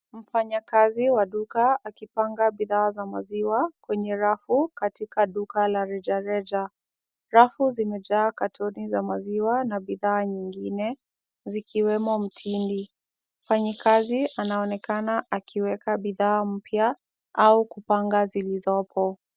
Mfanyakazi wa duka akipanga bidhaa za maziwa kwenye rafu katika duka la reja reja. Rafu zimejaa katoni za maziwa na bidhaa nyingine, zikiwemo mtindi. Mfanyikazi anaonekana akiweka bidhaa mpya au kupanga zilizoko.